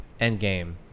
Endgame